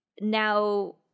now